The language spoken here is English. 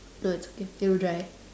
no it's okay it will dry